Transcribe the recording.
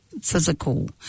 physical